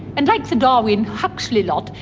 and like the darwin-huxley lot,